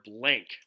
blank